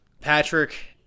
Patrick